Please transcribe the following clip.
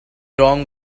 wrong